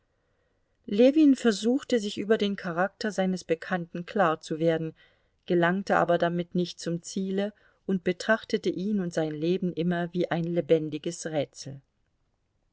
ljewin versuchte sich über den charakter seines bekannten klarzuwerden gelangte aber damit nicht zum ziele und betrachtete ihn und sein leben immer wie ein lebendiges rätsel